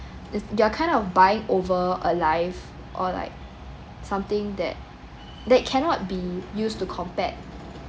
it they're kind of buying over a life or like something that that cannot be used to compare